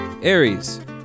Aries